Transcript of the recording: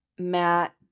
Matt